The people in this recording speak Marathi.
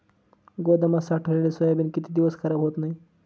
गोदामात साठवलेले सोयाबीन किती दिवस खराब होत नाही?